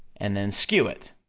and then skew it,